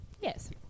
Yes